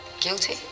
Guilty